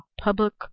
public